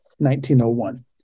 1901